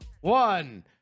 one